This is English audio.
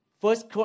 First